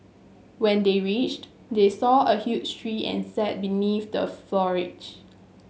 when they reached they saw a huge tree and sat beneath the foliage